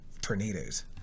tornadoes